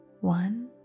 one